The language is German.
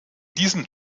diesem